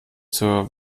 zur